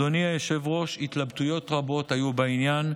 אדוני היושב-ראש, התלבטויות רבות היו בעניין.